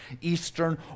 eastern